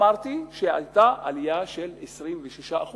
אמרתי שהיתה עלייה של 26%,